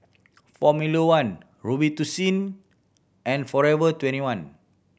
Formula One Robitussin and Forever Twenty one